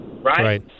Right